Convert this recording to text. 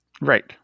Right